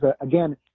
again